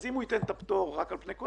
אז אם הוא ייתן את הפטור רק על פני כל